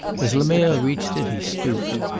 as lemerre reached it he stooped.